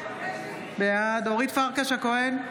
בעד אורית פרקש הכהן,